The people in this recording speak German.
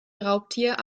raubtier